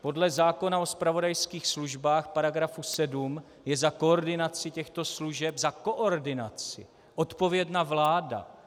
Podle zákona o zpravodajských službách § 7 je za koordinaci těchto služeb za koordinaci odpovědna vláda.